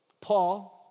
Paul